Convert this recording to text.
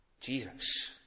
Jesus